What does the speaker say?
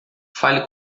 fale